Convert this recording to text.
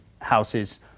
houses